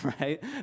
right